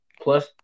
plus